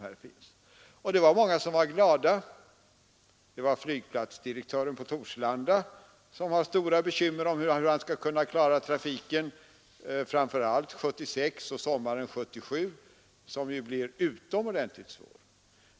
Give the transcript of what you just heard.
Det var som sagt många som blev glada. Det var flygplatsdirektören på Torslanda som har stora bekymmer för hur han skall kunna klara trafiken framför allt 1976 och sommaren 1977, då det ju blir utomordentligt stora svårigheter.